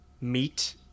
meet